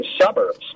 suburbs